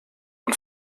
und